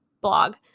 blog